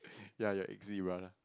ya you're Eggsy brother